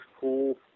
cool